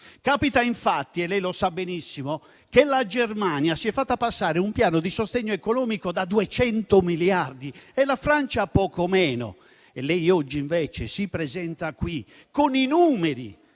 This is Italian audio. Capita infatti - e lei lo sa benissimo - che la Germania si è fatta passare un piano di sostegno economico da 200 miliardi e la Francia uno di poco meno. Lei oggi, invece, si presenta qui con i numeri